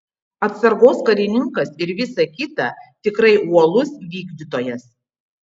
atsargos karininkas ir visa kita tikrai uolus vykdytojas